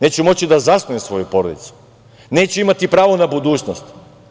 Neću moći da zasnujem svoju porodicu, neću imati pravo na budućnost.